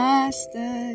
Master